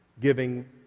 giving